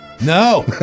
no